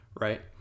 right